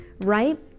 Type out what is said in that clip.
right